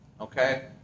okay